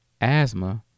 asthma